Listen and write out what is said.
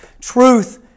Truth